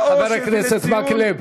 לאושר ולציון, חבר הכנסת מקלב,